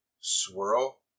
swirl